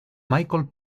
michael